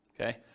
okay